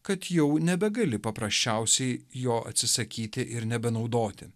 kad jau nebegali paprasčiausiai jo atsisakyti ir nebenaudoti